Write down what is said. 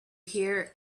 here